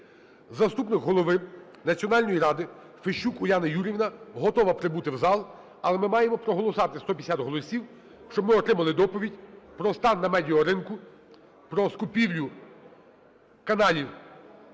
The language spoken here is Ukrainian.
Заступник голови Національної ради Фещук Уляна Юріївна готова прибути в зал. Але ми маємо проголосувати 150 голосів, щоб ми отримали доповідь про стан на медіаринку, про скупівлю каналів